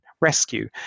rescue